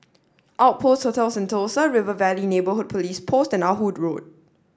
Outpost Hotel Sentosa River Valley Neighborhood Police Post and Ah Hood Road